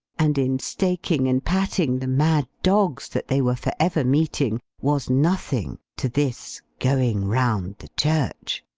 and in staking and patting the mad dogs that they were for ever meeting, was nothing to this going round the church!